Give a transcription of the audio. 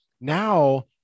now